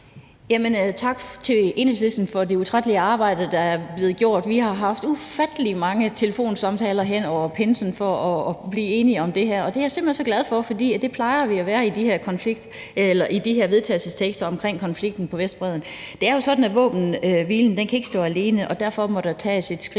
Tak til Enhedslisten for det utrættelige arbejde, der er blevet gjort. Vi har haft ufattelig mange telefonsamtaler hen over pinsen for at blive enige om det her, og det er jeg simpelt hen så glad for, for det plejer vi at være i de her vedtagelsestekster om konflikten på Vestbredden. Det er jo sådan, at våbenhvilen ikke kan stå alene, og derfor må der tages et skridt